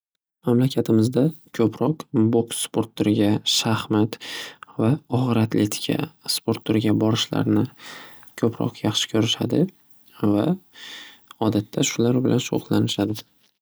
Mamlakatimizda ko'proq boks sport turiga shaxmat va og'ir atletika sport turiga borishlarini ko'proq yaxshi ko'rishadi va odatda shular bilan shug'illanishadi.